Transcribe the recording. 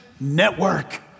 network